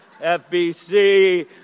FBC